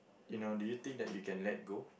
you know do you think that you can let go